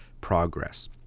progress